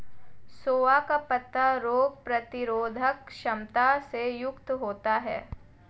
सोआ का पत्ता रोग प्रतिरोधक क्षमता से युक्त होता है